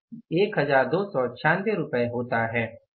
यह 1296 रुपये होता है